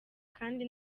kandi